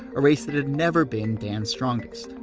a race that had never been dan's strongest.